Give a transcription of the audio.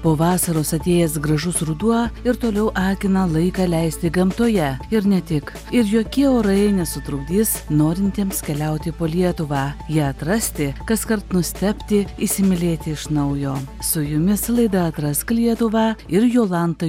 po vasaros atėjęs gražus ruduo ir toliau akina laiką leisti gamtoje ir ne tik ir jokie orai nesutrukdys norintiems keliauti po lietuvą ją atrasti kaskart nustebti įsimylėti iš naujo su jumis laida atrask lietuvą ir jolanta